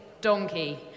donkey